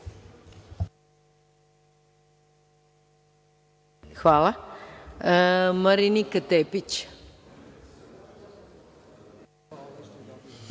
Hvala.